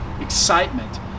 excitement